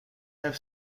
have